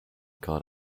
called